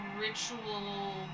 ritual